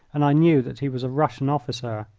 and i knew that he was a russian officer.